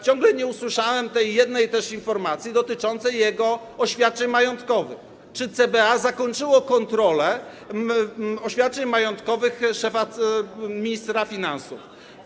Ciągle nie usłyszałem też tej jednej informacji dotyczącej jego oświadczeń majątkowych, czy CBA zakończyło kontrolę oświadczeń majątkowych ministra finansów.